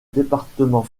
département